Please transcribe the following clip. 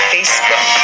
Facebook